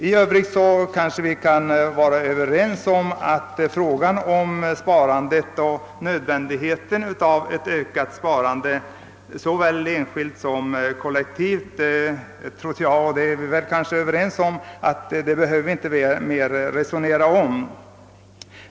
I övrigt kan vi kanske vara överens om att vi inte mer behöver resonera om nödvändigheten av ett ökat såväl enskilt som kollektivt sparande.